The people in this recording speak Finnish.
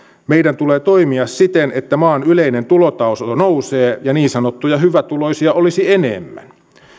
meidän tulee toimia siten että maan yleinen tulotaso nousee ja niin sanottuja hyvätuloisia olisi enemmän